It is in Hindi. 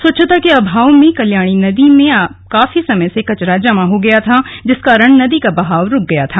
स्वच्छता के आभाव में कल्याणी नदी में काफी समय से कचरा जमा हो गया था जिस कारण नदी का बहाव रुक गया था